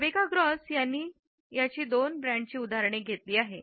Rebecca Gross यांनी दोन ब्रँडची उदाहरणे घेतली आहे